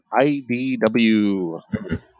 IDW